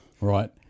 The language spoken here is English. Right